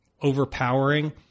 overpowering